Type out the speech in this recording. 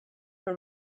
for